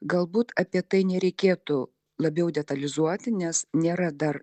galbūt apie tai nereikėtų labiau detalizuoti nes nėra dar